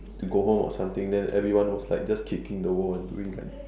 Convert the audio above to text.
to go home or something then everyone was like just kicking the wall and doing like